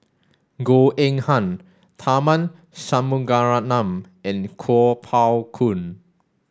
Goh Eng Han Tharman Shanmugaratnam and Kuo Pao Kun